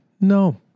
No